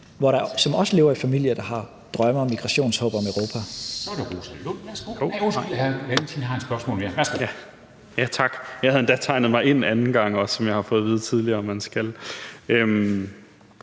som også lever i familier, der har drømme og migrationshåb om Europa.